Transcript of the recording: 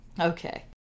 Okay